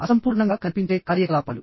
అసంపూర్ణంగా కనిపించే కార్యకలాపాలు